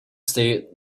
see